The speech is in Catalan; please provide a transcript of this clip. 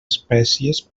espècies